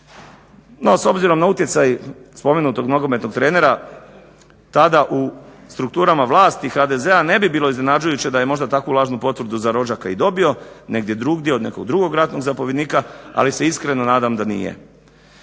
No, s obzirom na utjecaj spomenutog nogometnog trenera tada u strukturama vlasti HDZ-a ne bi bilo iznenađujuće da je možda takvu lažnu potvrdu za rođaka i dobio negdje drugdje od nekog drugog ratnog zapovjednika ali se iskreno nadam da nije.